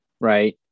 right